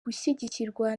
gushyigikirwa